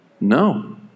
No